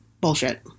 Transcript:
bullshit